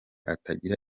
atagira